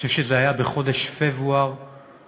אני חושב שזה היה בחודש פברואר 2013,